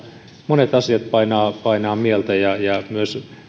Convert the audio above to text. monet asiat painavat mieltä ja ja myös